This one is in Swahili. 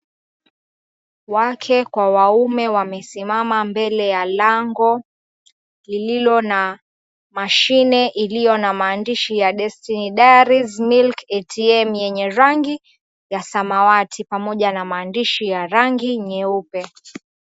Wake kwa waume wamesimama mbele ya lango lililo na mashine iliyo na maandishi ya Destiny Dairy's Milk ATM yenye rangi ya samawati pamoja na maandishi ya rangi nyeupe.